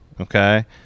Okay